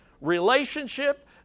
relationship